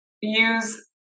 use